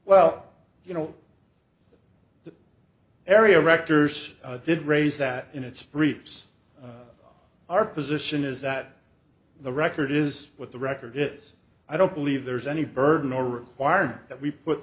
well you know area rector's did raise that in its briefs our position is that the record is what the record is i don't believe there's any burden or requirement that we put